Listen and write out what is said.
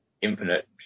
infinite